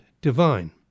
divine